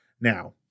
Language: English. now